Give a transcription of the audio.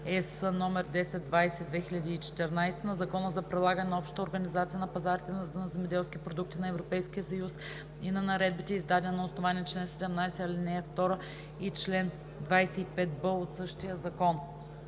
(ЕС) № 1020 (2014)”, на Закона за прилагане на Общата организация на пазарите на земеделски продукти на Европейския съюз и на наредбите, издадени на основание чл. 17, ал. 2 и чл. 25б от същия закон.